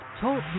TALK